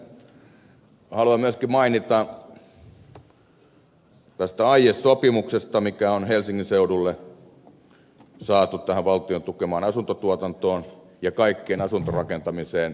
haluan myöskin mainita tästä aiesopimuksesta mikä on helsingin seudulle saatu tähän valtion tukemaan asuntotuotantoon ja kaikkeen asuntorakentamiseen